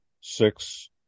six